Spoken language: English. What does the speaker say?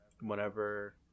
whenever